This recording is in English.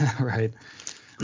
Right